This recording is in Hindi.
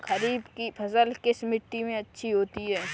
खरीफ की फसल किस मिट्टी में अच्छी होती है?